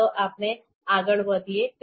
ચાલો આપણે આગળ વધીએ